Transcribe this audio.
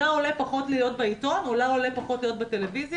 על פעילות הקופה.